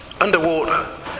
Underwater